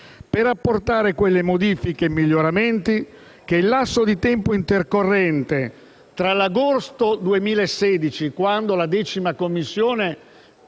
per apportare quelle modifiche e quei miglioramenti che il lasso di tempo intercorrente tra l'agosto 2016 (quando la 10a Commissione